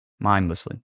Mindlessly